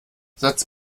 satz